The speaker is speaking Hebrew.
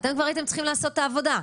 אתם כבר הייתם צריכים לעשות את העבודה.